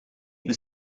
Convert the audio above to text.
was